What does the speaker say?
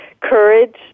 courage